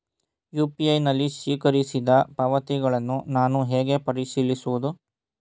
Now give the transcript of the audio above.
UPI ನಲ್ಲಿ ಸ್ವೀಕರಿಸಿದ ಪಾವತಿಗಳನ್ನು ನಾನು ಹೇಗೆ ಪರಿಶೀಲಿಸುವುದು?